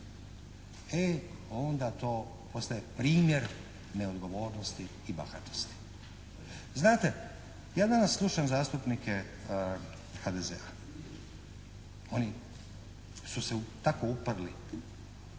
e onda to postaje primjer neodgovornosti i bahatosti. Znate, ja danas slušam zastupnike HDZ-a. Oni su se tako uprli